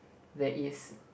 there is